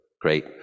great